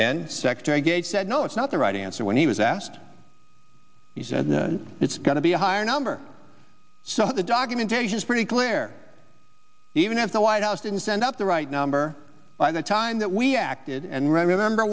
and secretary gates said no it's not the right answer when he was asked he said it's going to be a higher number so the documentation is pretty clear even as the white house didn't send out the right number by the time that we acted and remember